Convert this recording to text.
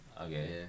Okay